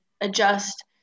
adjust